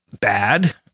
bad